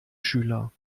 schüler